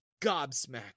gobsmacked